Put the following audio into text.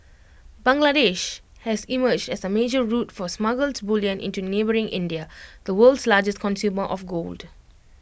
Bangladesh has emerged as A major route for smuggled bullion into neighbouring India the world's largest consumer of gold